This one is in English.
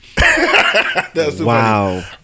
Wow